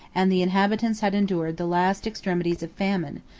and the inhabitants had endured the last extremities of famine,